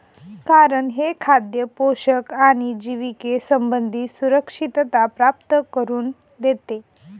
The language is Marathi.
कारण हे खाद्य पोषण आणि जिविके संबंधी सुरक्षितता प्राप्त करून देते